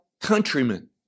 countrymen